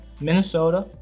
Minnesota